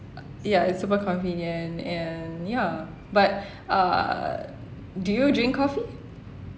ya ya it's super convenient and ya but uh do you drink coffee